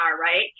right